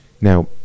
Now